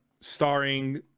starring